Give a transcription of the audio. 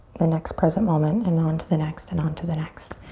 the next present moment, and onto the next, and onto the next.